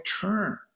turn